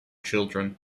children